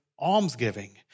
almsgiving